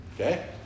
Okay